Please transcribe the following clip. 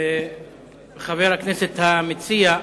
חבר הכנסת המציע,